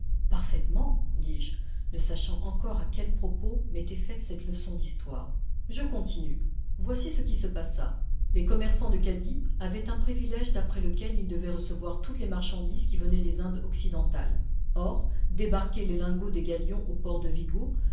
parfaitement dis-je ne sachant encore à quel propos m'était faite cette leçon d'histoire je continue voici ce qui se passa les commerçants de cadix avaient un privilège d'après lequel ils devaient recevoir toutes les marchandises qui venaient des indes occidentales or débarquer les lingots des galions au port de vigo